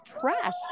trash